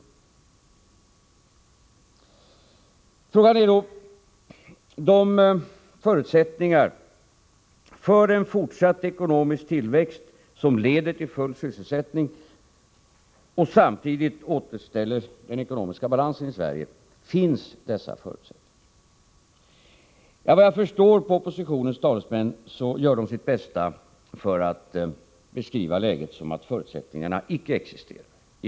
Frågan är då: Finns de förutsättningar för en fortsatt ekonomisk tillväxt som leder till full sysselsättning och som samtidigt återställer den ekonomiska balansen i Sverige? Efter vad jag förstår gör oppositionens talesmän sitt bästa för att beskriva läget så att förutsättningarna icke existerar.